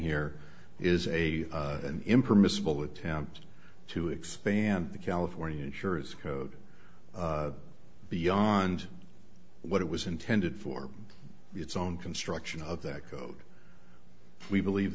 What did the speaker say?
here is a an impermissible attempt to expand the california insurers code beyond what it was intended for its own construction of that code we believe